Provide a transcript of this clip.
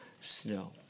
snow